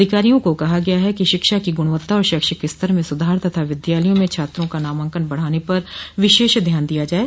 अधिकारियों को कहा गया है कि शिक्षा की गुणवत्ता और शैक्षिक स्तर में सुधार तथा विद्यालयों में छात्रों का नामांकन बढ़ाने पर विशेष ध्यान दिया जाये